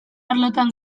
arlotan